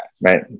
Right